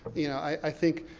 you know, i think,